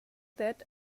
that